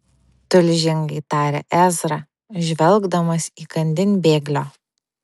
tulžingai tarė ezra žvelgdamas įkandin bėglio